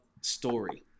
story